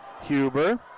Huber